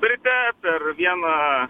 ryte per vieną